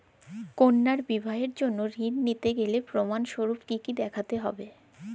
কন্যার বিবাহের জন্য ঋণ নিতে গেলে প্রমাণ স্বরূপ কী কী দেখাতে হবে?